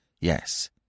Yes